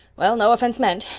well, no offense meant.